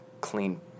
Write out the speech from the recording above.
clean